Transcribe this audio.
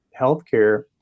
healthcare